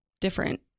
different